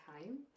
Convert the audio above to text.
time